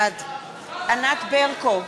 בעד ענת ברקו,